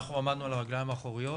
ואנחנו עמדנו על הרגליים האחוריות,